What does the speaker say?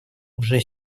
уже